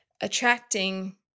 attracting